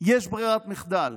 יש ברירת מחדל,